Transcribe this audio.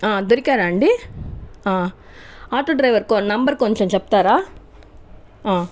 దొరికారా అండి auto driver కొ నెంబర్ కొంచం చెప్తారా